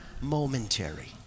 momentary